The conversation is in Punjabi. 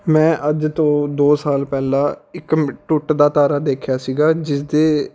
ਮੈਂ ਅੱਜ ਤੋਂ ਦੋ ਸਾਲ ਪਹਿਲਾਂ ਇੱਕ ਮਿ ਟੁੱਟਦਾ ਤਾਰਾ ਦੇਖਿਆ ਸੀਗਾ ਜਿਸਦੇ